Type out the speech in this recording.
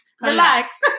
relax